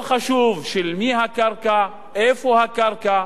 לא חשוב של מי הקרקע, איפה הקרקע.